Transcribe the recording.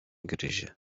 gryzie